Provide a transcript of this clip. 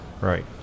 Right